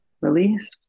release